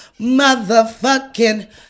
motherfucking